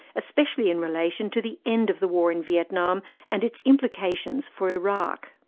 especially in relation to the end of the war in vietnam and its implications for iraq.